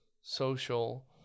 social